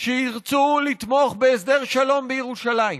שירצו לתמוך בהסדר שלום בירושלים,